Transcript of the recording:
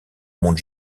monde